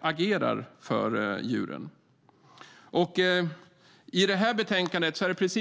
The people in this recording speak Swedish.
agerar inte för djuren.